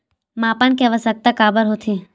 मापन के आवश्कता काबर होथे?